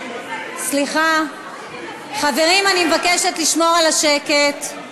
סליחה, חברים, אני מבקשת לשמור על השקט.